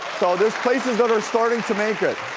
so, there's places that are starting to make it.